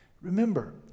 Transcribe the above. Remember